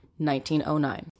1909